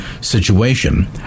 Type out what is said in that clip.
situation